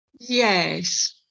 Yes